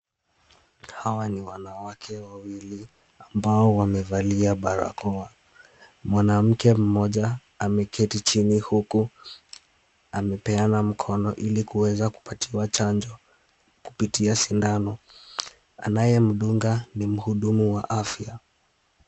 Hawa ni wanawake wawili ambao wamevalia barakoa, mwanamke mmoja ameketi chini, huku amepeana mkono ili kuweza kupatiwa chanjo kupitia sindano, anayemdunga ni mhudumu wa afya.